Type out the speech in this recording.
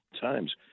times